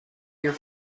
your